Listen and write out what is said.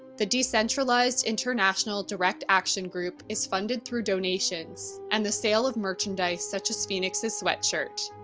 the decentralized international direct action group is funded through donations and the sale of merchandise such as phoenix's sweatshirt.